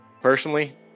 Personally